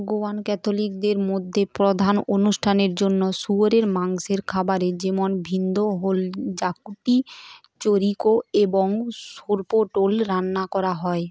গোয়ান ক্যাথলিকদের মধ্যে প্রধান অনুষ্ঠানের জন্য শুয়োরের মাংসের খাবারের যেমন ভিন্দোহোল জাকুটি চোরিকো এবং সোরপোটোল রান্না করা হয়